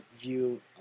view